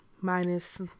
Minus